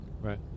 Right